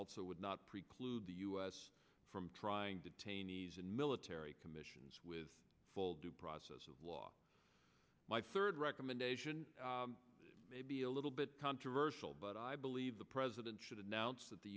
also would not preclude the u s from trying detainees in military commissions with full due process of law my third recommendation may be a little bit controversial but i believe the president should announce that the